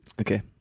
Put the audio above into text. Okay